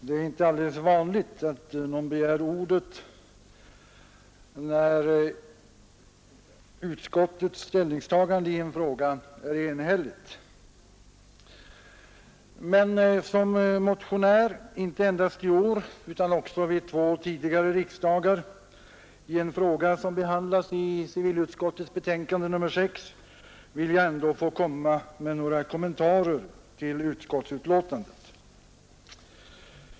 Det är inte så vanligt att någon begär ordet, när utskottets ställningstagande i en fråga är enhälligt, men som motionär inte bara i år utan också vid två tidigare riksdagar i en fråga som behandlas i civilutskottets förevarande betänkande nr 6 vill jag ändå göra några kommentarer till utskottsbetänkandet.